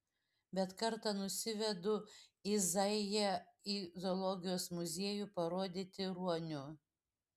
bet kartą nusivedu izaiją į zoologijos muziejų parodyti ruonių